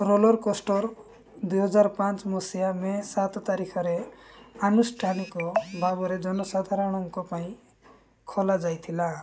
roller coaster ଦୁଇ ହଜାର ପାଞ୍ଚ ମସିହା ମେ ସାତ ତାରିଖରେ ଆନୁଷ୍ଠାନିକ ଭାବରେ ଜନସାଧାରଣଙ୍କ ପାଇଁ ଖୋଲା ଯାଇଥିଲା